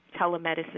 Telemedicine